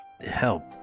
help